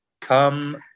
Come